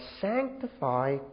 sanctify